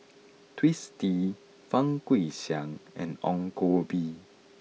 Twisstii Fang Guixiang and Ong Koh Bee